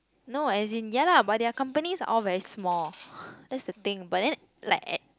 no as in ya lah but their companies are all very small that's the thing but then like at